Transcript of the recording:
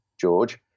George